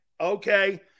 okay